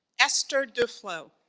esther duflo.